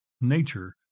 nature